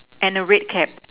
and a red cap